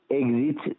exit